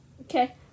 Okay